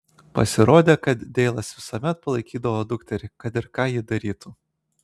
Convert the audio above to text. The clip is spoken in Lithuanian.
pasirodė kad deilas visuomet palaikydavo dukterį kad ir ką ji darytų